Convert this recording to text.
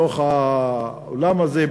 בתוך האולם הזה,